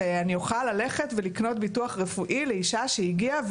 שאני אוכל ללכת ולקנות ביטוח רפואי לאישה שהגיעה,